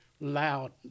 loud